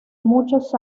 muchos